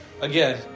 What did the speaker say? Again